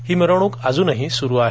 ही मिरवणुक अजूनही सुरु आहे